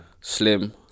Slim